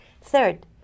Third